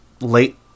late